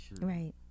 Right